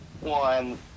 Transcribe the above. One